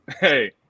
Hey